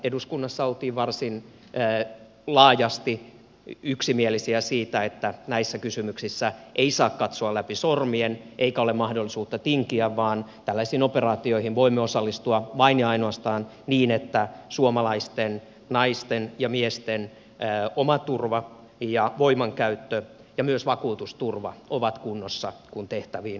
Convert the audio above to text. eduskunnassa oltiin varsin laajasti yksimielisiä siitä että näissä kysymyksissä ei saa katsoa läpi sormien eikä ole mahdollisuutta tinkiä vaan tällaisiin operaatioihin voimme osallistua vain ja ainoastaan niin että suomalaisten naisten ja miesten omaturva ja voimankäyttö ja myös vakuutusturva ovat kunnossa kun tehtäviin lähdetään